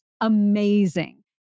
amazing